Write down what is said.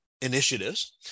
initiatives